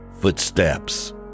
footsteps